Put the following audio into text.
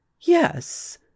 yes